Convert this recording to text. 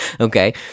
okay